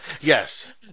Yes